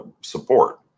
support